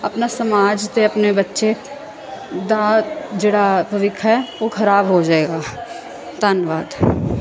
ਆਪਣਾ ਸਮਾਜ ਅਤੇ ਆਪਣੇ ਬੱਚੇ ਦਾ ਜਿਹੜਾ ਭਵਿੱਖ ਹੈ ਉਹ ਖਰਾਬ ਹੋ ਜਾਵੇਗਾ ਧੰਨਵਾਦ